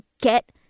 get